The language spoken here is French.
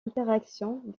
interaction